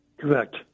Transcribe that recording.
Correct